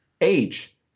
age